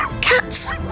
cats